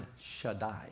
Shaddai